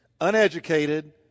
uneducated